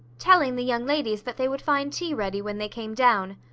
telling the young ladies that they would find tea ready when they came down.